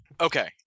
okay